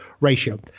ratio